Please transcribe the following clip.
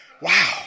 Wow